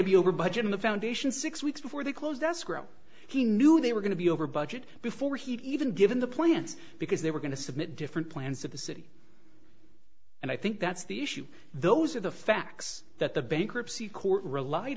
to be over budget in the foundation six weeks before the close does grow he knew they were going to be over budget before he'd even given the plants because they were going to submit different plans to the city and i think that's the issue those are the facts that the bankruptcy court relied